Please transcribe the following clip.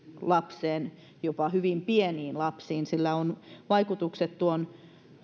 lapseen etenkin hyvin pieniin lapsiin sillä on vaikutukset tuon